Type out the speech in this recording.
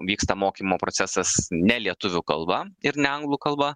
vyksta mokymo procesas ne lietuvių kalba ir ne anglų kalba